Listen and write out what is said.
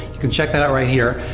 you can check that out right here.